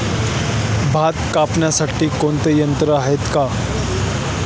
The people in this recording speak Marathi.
भात कापणीसाठी कोणते यंत्र आहेत का?